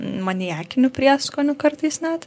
maniakiniu prieskoniu kartais net